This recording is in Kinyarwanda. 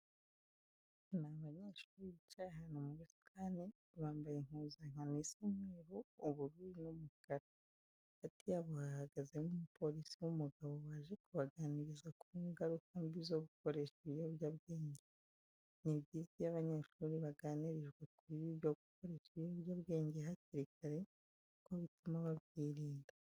Ni abanyeshuri bicaye ahantu mu busitani, bambaye impuzankano isa umweru, ubururu n'umukara. Hagati yabo hahagazemo umupolisi w'umugabo waje kubaganiriza ku ngaruka mbi zo gukoresha ibiyobyabwenge. Ni byiza iyo abanyeshuri baganirijwe ku bibi byo gukoresha ibiyobyabwenge hakiri kare kuko bituma babyirinda.